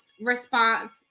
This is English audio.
response